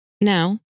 Now